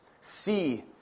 see